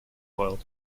world